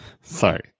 sorry